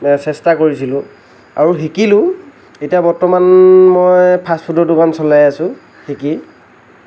চেষ্টা কৰিছিলোঁ আৰু শিকিলোঁও এতিয়া বৰ্তমান মই ফাষ্ট ফুডৰ দোকান চলাই আছোঁ শিকি